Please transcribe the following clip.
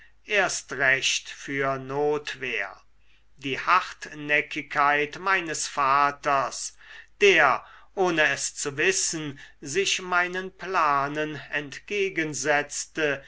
erst recht für notwehr die hartnäckigkeit meines vaters der ohne es zu wissen sich meinen planen entgegensetzte